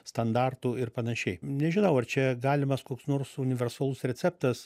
standartų ir panašiai nežinau ar čia galimas koks nors universalus receptas